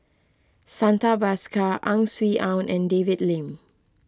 Santha Bhaskar Ang Swee Aun and David Lim